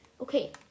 Okay